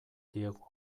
diegu